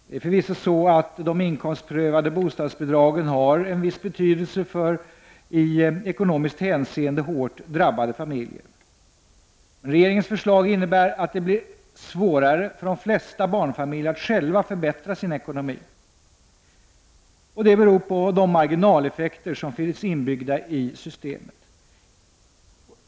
Det är förvisso så att de inkomstprövade bostadsbidragen har en viss betydelse för i ekonomiskt hänseende hårt drabbade familjer. Regeringens förslag innebär dock att det blir svårare för de flesta barnfamiljer att själva förbättra sin ekonomi. Det beror på de marginaleffekter som finns inbyggda i systemet.